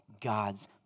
God's